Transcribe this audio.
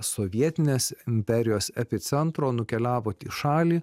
sovietinės imperijos epicentro nukeliavot į šalį